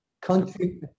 country